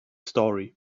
story